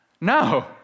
No